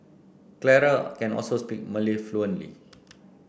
Clara can also speak Malay fluently